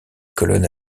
colonnes